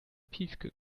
piefke